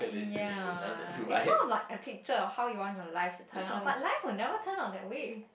ya it's not like a picture of how you want your life to turn out but life will never turn out that way